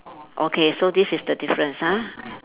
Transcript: okay so this is the difference ah